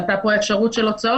עלתה פה אפשרות של הוצאות.